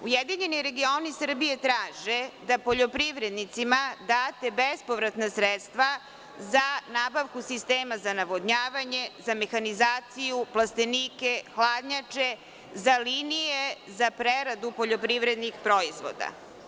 Ujedinjeni regioni Srbije traže da poljoprivrednicima date bespovratna sredstva za nabavku sistema za navodnjavanje, za mehanizaciju, plastenike, hladnjače, za linije za preradu poljoprivrednih proizvoda.